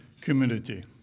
community